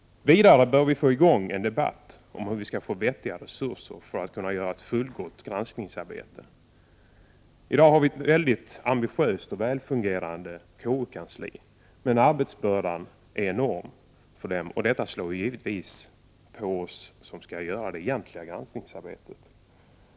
Vidare bör vi få i gång en debatt om hur vi skall få vettiga resurser för att kunna göra ett fullgott granskningsarbete. I dag har vi ett mycket ambitiöst och välfungerande KU-kansli, men dess arbetsbörda är enorm, och detta slår givetvis mot oss som skall göra det egentliga granskningsarbetet.